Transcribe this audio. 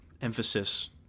emphasis